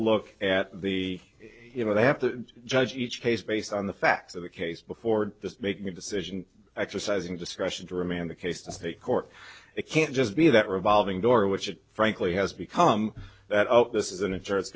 look at the you know they have to judge each case based on the facts of the case before this making a decision exercising discretion to remand the case to state court it can't just be that revolving door which it frankly has become that this is an insurance